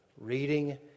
reading